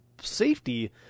safety